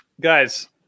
Guys